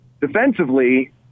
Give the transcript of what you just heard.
defensively